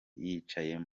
yicayemo